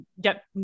get